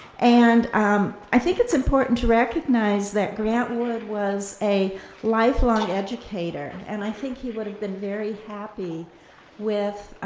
and um i think it's important to recognize that grant wood was a lifelong educator, and i think he would've been very happy with